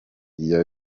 iya